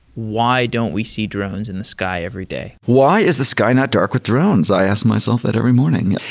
why don't we see drones in the sky every day? why is the sky not dark with drones? i ask myself that every morning.